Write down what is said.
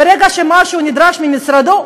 ברגע שמשהו נדרש ממשרדו,